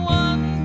one